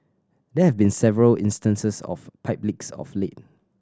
there have been several instances of pipe leaks of late